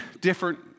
different